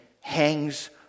hangs